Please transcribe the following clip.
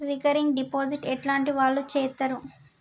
Recurring deposit ఎట్లాంటి వాళ్లు చేత్తరు?